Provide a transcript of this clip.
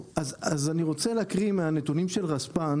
שמי איתי רון, אני רוצה להקריא מהנתונים של רספ"ן